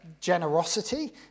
generosity